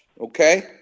okay